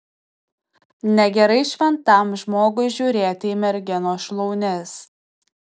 negerai šventam žmogui žiūrėti į merginos šlaunis